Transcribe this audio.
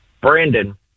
Brandon